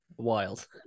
Wild